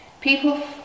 people